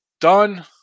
done